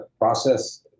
process